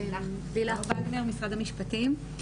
לילך וגנר, משרד המשפטים.